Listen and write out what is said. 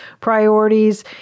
priorities